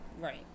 Right